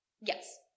Yes